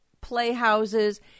playhouses